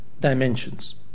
dimensions